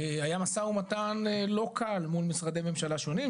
היה משא ומתן לא קל מול משרדי הממשלה השונים,